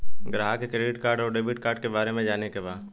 ग्राहक के credit card और डेविड कार्ड के बारे में जाने के बा?